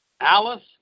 Alice